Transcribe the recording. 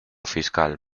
fiscal